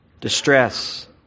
distress